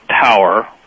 power